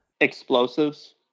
Explosives